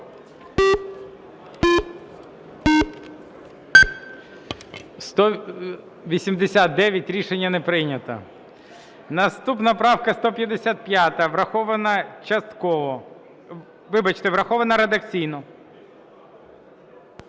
За-89 Рішення не прийнято. Наступна – правка 155, врахована частково. Вибачте, врахована редакційно.